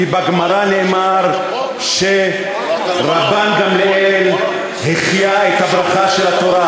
כי בגמרא נאמר שרבן גמליאל החיה את הברכה של התורה,